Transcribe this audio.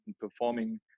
performing